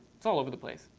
it's all over the place.